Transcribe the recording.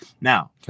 Now